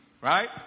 Right